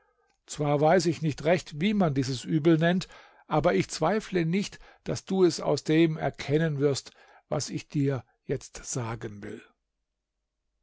zwar weiß ich nicht recht wie man dieses übel nennt aber ich zweifle nicht daß du es aus dem erkennen wirst was ich dir jetzt sagen will